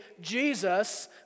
Jesus